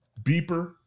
beeper